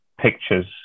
pictures